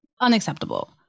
Unacceptable